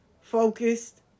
focused